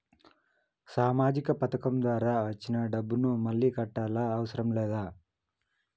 సామాజిక పథకం ద్వారా వచ్చిన డబ్బును మళ్ళా కట్టాలా అవసరం లేదా?